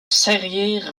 serrières